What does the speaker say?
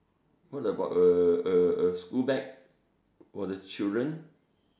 what about err a a school bag for the children